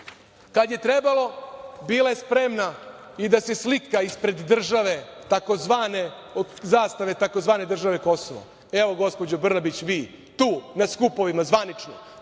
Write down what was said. Kada je trebalo bila je spremna i da se slika ispred zastave tzv. države Kosovo. Evo, gospođo Brnabić, vi tu na skupovima zvanično.